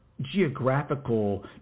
geographical